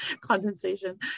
condensation